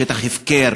שטח הפקר,